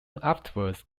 afterwards